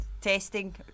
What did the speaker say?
testing